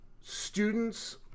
students